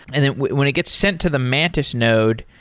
and then when it gets sent to the mantis node,